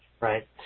right